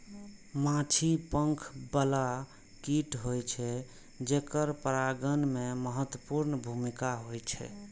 माछी पंख बला कीट होइ छै, जेकर परागण मे महत्वपूर्ण भूमिका होइ छै